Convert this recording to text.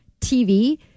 TV